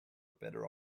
better